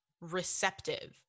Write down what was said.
receptive